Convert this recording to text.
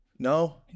No